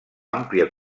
àmplia